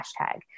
hashtag